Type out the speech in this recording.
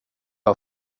har